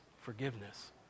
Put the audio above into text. forgiveness